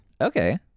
okay